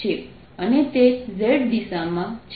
અને તે z દિશામાં છે